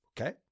Okay